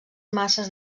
masses